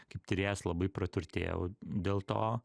kaip tyrėjas labai praturtėjau dėl to